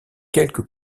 quelques